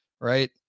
right